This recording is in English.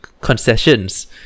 concessions